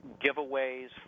giveaways